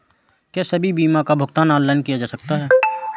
क्या सभी बीमा का भुगतान ऑनलाइन किया जा सकता है?